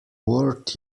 worth